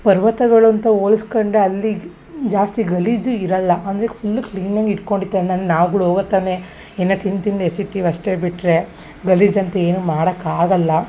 ಪರ್ವತಗಳು ಅಂತ ಹೋಲಸ್ಕಂಡ್ರೆ ಅಲ್ಲಿ ಜಾಸ್ತಿ ಗಲೀಜೂ ಇರಲ್ಲ ಅಂದರೆ ಫುಲ್ಲು ಕ್ಲೀನಾಗಿ ಇಟ್ಕೊಂಡಿತ್ತನನ್ ನಾವ್ಗುಳು ಹೋಗೋತ್ತನೆ ಇನ್ನು ತಿಂದು ತಿಂದು ಎಸಿತಿವಿ ಅಷ್ಟೇ ಬಿಟ್ಟರೆ ಗಲೀಜು ಅಂತ ಏನೂ ಮಾಡೋಕ್ಕಾಗಲ್ಲ